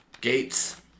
gates